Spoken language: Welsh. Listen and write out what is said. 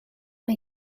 mae